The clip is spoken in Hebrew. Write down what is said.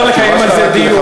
אפשר לקיים על זה דיון.